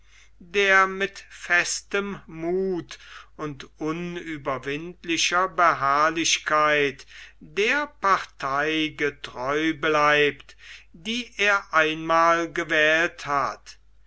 der mit festem muth und unüberwindlicher beharrlichkeit der partei getreu bleibt die er einmal gewählt hat